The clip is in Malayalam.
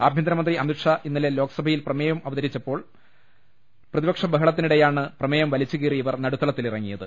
ആഭ്യന്തരമന്ത്രി അമിത്ഷാ ഇന്നലെ ലോക്സഭയിൽ പ്രമേയം അവതരിപ്പിച്ചപ്പോൾ പ്രതിപക്ഷ ബഹളത്തിനിടെയാണ് പ്രമേയം വലിച്ചു കീറി ഇവർ നടുത്തള ത്തിലിറങ്ങിയത്